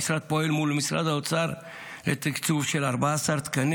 המשרד פועל מול משרד האוצר לתקצוב של 14 תקני